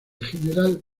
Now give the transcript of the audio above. general